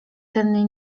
ten